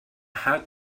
had